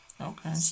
Okay